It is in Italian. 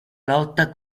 lotta